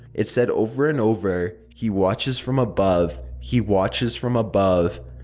it said over and over he watches from above. he watches from above.